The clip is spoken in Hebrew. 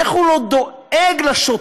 ואיך הוא לא דואג לשוטרים,